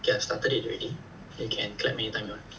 K I started it already you can clap anytime ah